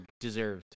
Deserved